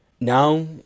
Now